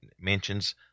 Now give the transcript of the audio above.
mentions